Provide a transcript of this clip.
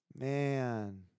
Man